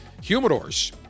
humidors